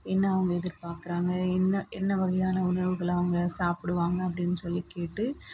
என்ன அவங்க எதிர்பார்க்குறாங்க என்ன என்ன வகையான உணவுகளை அவங்க சாப்பிடுவாங்க அப்படின்னு சொல்லி கேட்டு